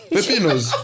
Pepino's